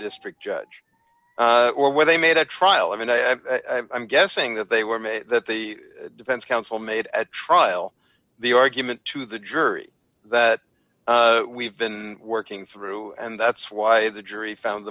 district judge or were they made a trial of and i'm guessing that they were made that the defense counsel made at trial the argument to the jury that we've been working through and that's why the jury found